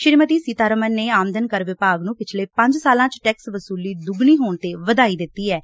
ਸ੍ਰੀਮਤੀ ਸੀਤਾਰਮਨ ਨੇ ਆਮਦਨ ਕਰ ਵਿਭਾਗ ਨੰ ਪਿਛਲੇ ਪੰਜ ਸਾਲਾਂ ਚ ਟੈਕਸ ਵਸੁਲੀ ਦੁਗੱਣੀ ਹੋਣ ਤੇ ਵਧਾਈ ਦਿੱਤੀ ਐਂ